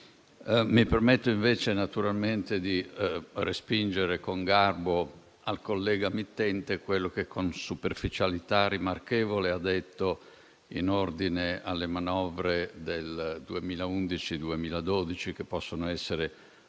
Mi permetto invece di respingere con garbo al collega mittente quello che con superficialità rimarchevole ha detto in ordine alle manovre del 2011-2012, che possono essere